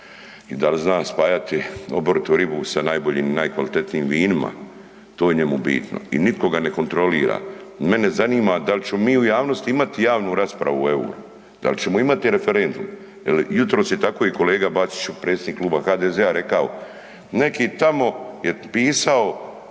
i dal zna spajati oboritu ribu sa najboljim i najkvalitetnijim vinima, to je njemu bitno i nitko ga ne kontrolira, mene zanima da li ćemo mi u javnosti imati javnu raspravu o euru, da li ćemo imati referendum? Jel jutros je tako i kolega Bačić predsjednik kluba HDZ-a rekao, neki tamo je pisao